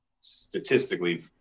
statistically